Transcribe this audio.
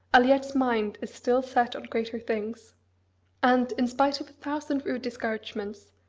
aliette's mind is still set on greater things and, in spite of a thousand rude discouragements,